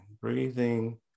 Breathing